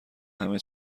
همه